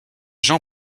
jean